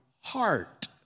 heart